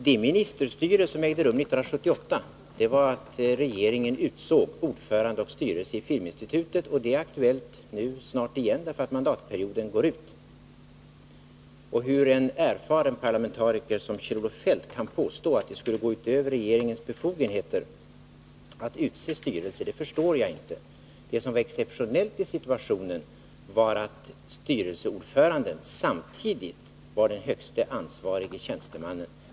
Det ministerstyre som förekom 1978 innebar att regeringen utsåg ordförande och styrelse för Filminstitutet, och det är aktuellt snart igen, därför att mandatperioden går ut. Och hur en erfaren parlamentariker som Kjell-Olof Feldt kan påstå att det skulle gå utöver regeringens befogenheter att utse styrelse förstår jag inte. Det exceptionella i situationen var att stvrelseordföranden samtidigt var den högste ansvarige tjänstemannen.